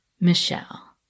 Michelle